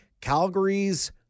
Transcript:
Calgary's